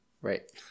Right